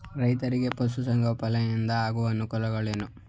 ರೈತರಿಗೆ ಪಶು ಸಂಗೋಪನೆಯಿಂದ ಆಗುವ ಅನುಕೂಲಗಳೇನು?